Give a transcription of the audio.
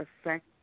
affect